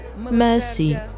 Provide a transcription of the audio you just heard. mercy